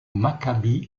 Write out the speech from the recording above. maccabi